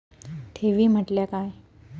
ठेवी म्हटल्या काय?